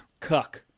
cuck